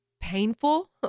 painful